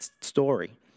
story